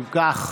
אם כך,